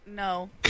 No